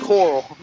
Coral